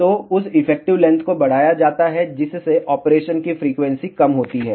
तो उस effective length को बढ़ाया जाता है जिससे ऑपरेशन की फ्रीक्वेंसी कम होती है